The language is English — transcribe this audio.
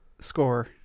score